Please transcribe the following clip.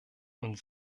und